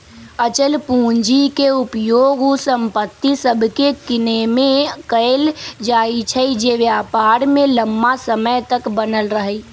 अचल पूंजी के उपयोग उ संपत्ति सभके किनेमें कएल जाइ छइ जे व्यापार में लम्मा समय तक बनल रहइ